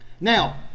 now